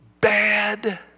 bad